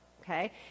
Okay